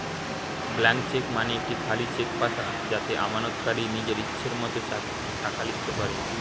blank cheque মানে একটি খালি চেক পাতা যাতে আমানতকারী নিজের ইচ্ছে মতো টাকা লিখতে পারে